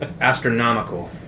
astronomical